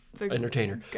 Entertainer